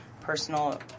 personal